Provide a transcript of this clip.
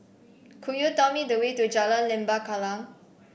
could you tell me the way to Jalan Lembah Kallang